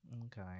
Okay